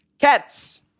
cats